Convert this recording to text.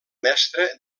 mestre